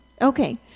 Okay